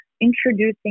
introducing